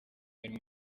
harimo